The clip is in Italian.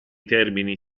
termini